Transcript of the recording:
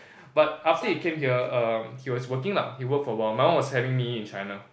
but after he came here erm he was working lah he worked for awhile my mum was having me in China